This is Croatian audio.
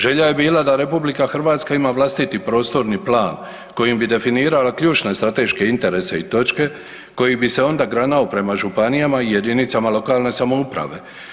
Želja je bila da RH ima vlastiti prostorni plan kojim bi definirala ključne strateške interese i točke koji bi se onda granao prema županijama i jedinicama lokalne samouprave.